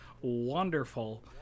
wonderful